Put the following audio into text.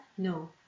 No